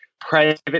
private